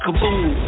Kaboom